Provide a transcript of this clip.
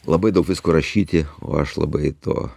labai daug visko rašyti o aš labai to